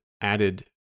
added